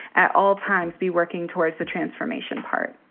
at all times, be working towards the transformation part.